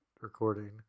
recording